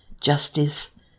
justice